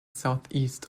southeast